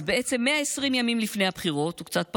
אז בעצם 120 ימים לפני הבחירות, או קצת פחות,